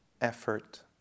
effort